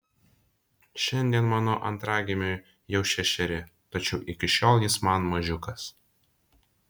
šiandien mano antragimiui jau šešeri tačiau iki šiol jis man mažiukas